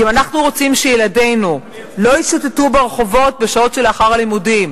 כי אם אנחנו רוצים שילדינו לא ישוטטו ברחובות בשעות שלאחר הלימודים,